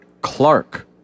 Clark